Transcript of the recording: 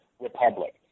republic